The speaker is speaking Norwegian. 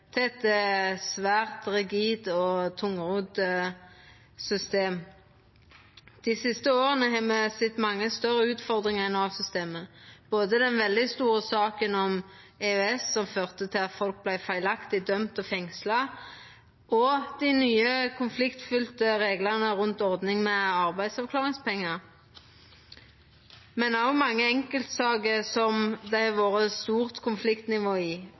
Dei siste åra har me sett mange større utfordringar i Nav-systemet, både den veldig store saka om EØS som førte til at folk vart feilaktig dømde og fengsla, dei nye konfliktfylte reglane rundt ordninga med arbeidsavklaringspengar, men òg mange einskilde saker der det har vore eit stort konfliktnivå, og der det etter mi meining har vore ein David mot Goliat-tendens i